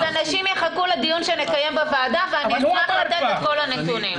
אז אנשים יחכו לדיון שנקיים בוועדה ואשמח לתת את כל הנתונים.